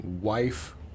wife